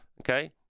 okay